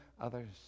others